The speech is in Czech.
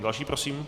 Další prosím.